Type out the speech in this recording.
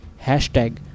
Hashtag